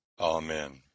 Amen